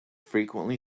frequently